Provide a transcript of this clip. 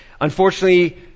Unfortunately